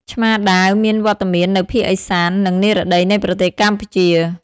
ឆ្មាដាវមានវត្តមាននៅភាគឦសាន និងនិរតីនៃប្រទេសកម្ពុជា។